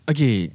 Okay